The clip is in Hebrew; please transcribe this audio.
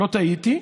לא טעיתי,